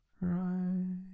Right